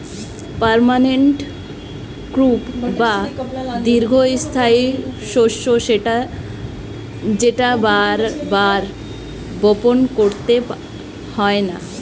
permanent crop বা দীর্ঘস্থায়ী শস্য সেটা যেটা বার বার বপণ করতে হয়না